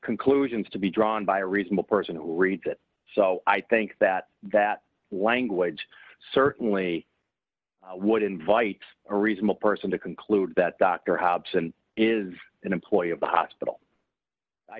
conclusions to be drawn by a reasonable person who reads it so i think that that language certainly what invites a reasonable person to conclude that dr hobson is an employee of the hospital i